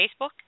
Facebook